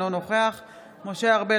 אינו נוכח משה ארבל,